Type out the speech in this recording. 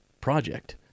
project